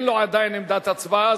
שאין לו עדיין עמדת הצבעה,